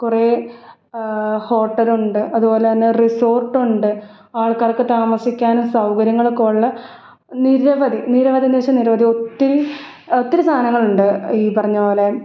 കുറേ ഹോട്ടലുണ്ട് അതുപോലെ തന്നെ റിസോർട്ടുണ്ട് ആൾക്കാർക്ക് താമസിക്കാനും സൗകര്യങ്ങളൊക്കെ ഉള്ള നിരവധി നിരവധിയെന്ന് വെച്ചാൽ നിരവധി ഒത്തിരി ഒത്തിരി സാധനങ്ങളുണ്ട് ഈ പറഞ്ഞപോലെ